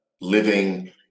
living